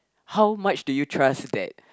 how much do you trust that